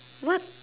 what